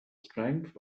strength